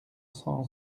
cent